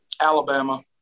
Alabama